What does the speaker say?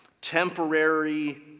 temporary